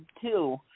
Two